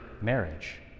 marriage